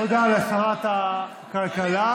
תודה לשרת הכלכלה.